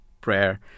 prayer